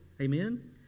Amen